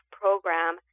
program